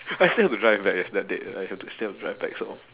I still have to drive back leh I have to still have to drive back so